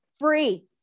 free